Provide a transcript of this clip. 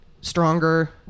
stronger